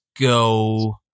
go